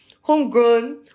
homegrown